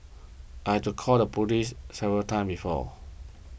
I had to call the police several times before